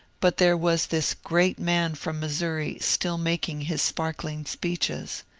but there was this great man from missouri still making his sparkling speeches.